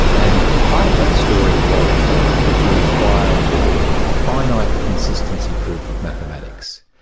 and part of that story was that he required a finite consistency proof of mathematics.